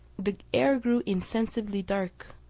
the air grew insensibly dark,